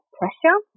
pressure